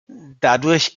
dadurch